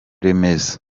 remezo